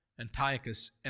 Antiochus